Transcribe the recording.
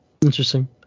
Interesting